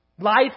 Life